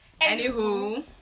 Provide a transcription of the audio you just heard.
Anywho